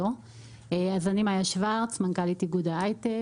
אני מאיה שוורץ, מנכ"לית איגוד ההייטק.